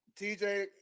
TJ